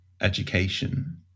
education